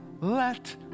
let